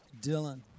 Dylan